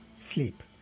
sleep